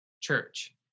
church